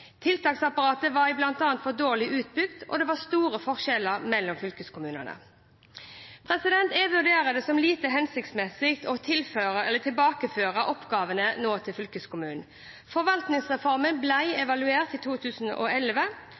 Tiltaksapparatet var bl.a. for dårlig utbygd, og det var store forskjeller mellom fylkeskommunene. Jeg vurderer det som lite hensiktsmessig å tilbakeføre oppgavene til fylkeskommunen. Forvaltningsreformen ble evaluert i 2011,